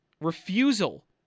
refusal